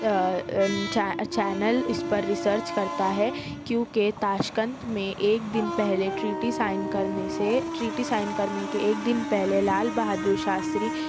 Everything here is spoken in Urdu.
چینل اس پر ریسرچ کرتا ہے کیونکہ تاشقند میں ایک دن پہلے ٹریٹی سائن کرنے سے ٹریٹی سائن کرنے کے ایک دن پہلے لال بہادر شاستری